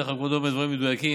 בדרך כלל כבודו אומר דברים מדויקים,